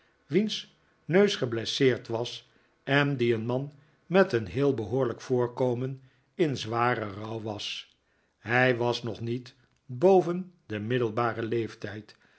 wiens neus geblesseerd was en die een man met een heel behoorlijk voorkomen in zwaren rouw was hij was nog niet boven den middelbaren leeftijd